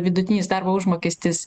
vidutinis darbo užmokestis